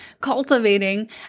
cultivating